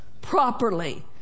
properly